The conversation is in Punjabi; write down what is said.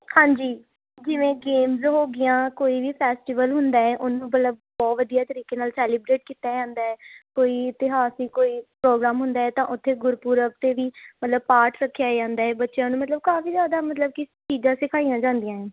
ਹਾਂਜੀ ਜਿਵੇਂ ਗੇਮਸ ਹੋਗੀਆਂ ਕੋਈ ਵੀ ਫੈਸਟੀਵਲ ਹੁੰਦਾ ਏ ਉਹਨੂੰ ਮਤਲਬ ਬਹੁਤ ਵਧੀਆ ਤਰੀਕੇ ਨਾਲ ਸੈਲੀਬ੍ਰੇਟ ਕੀਤਾ ਜਾਂਦਾ ਹੈ ਕੋਈ ਇਤਿਹਾਸਿਕ ਕੋਈ ਪ੍ਰੋਗਰਾਮ ਹੁੰਦਾ ਤਾਂ ਉੱਥੇ ਗੁਰਪੁਰਬ 'ਤੇ ਵੀ ਮਤਲਬ ਪਾਠ ਰੱਖਿਆ ਜਾਂਦਾ ਏ ਬੱਚਿਆਂ ਨੂੰ ਮਤਲਬ ਕਾਫੀ ਜ਼ਿਆਦਾ ਮਤਲਬ ਕਿ ਚੀਜ਼ਾਂ ਸਿਖਾਈਆਂ ਜਾਂਦੀਆਂ